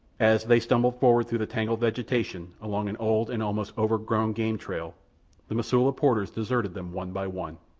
as they stumbled forward through the tangled vegetation along an old and almost overgrown game trail the mosula porters deserted them one by one.